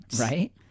right